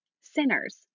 sinners